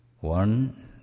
One